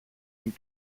την